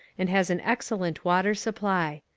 and has an excellent water supply.